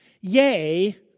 Yea